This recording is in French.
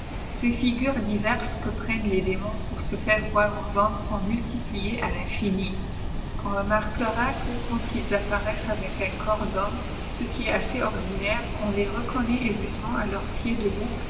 ces figures diverses que prennent les démons pour se faire voir aux hommes sont multipliées à tinfini on remarquçra que quand ils apparaissent avec un corps d'homme ce qui est assez ordinaire on les reconnaît aisément à leur pieds de